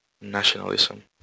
nationalism